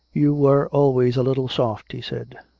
you were always a little soft, he said.